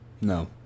No